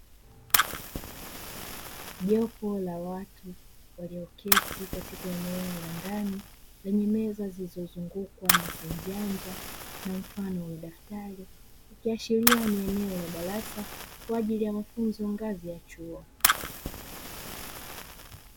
Jopo la watu walioketi katika eneo la ndani lenye meza zilizozungukwa na simu janja na mfano wa daftari, ikiashiria ni eneo la darasa kwa ajili ya mafunzo ngazi ya chuo.